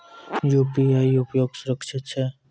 UPI उपयोग सुरक्षित छै?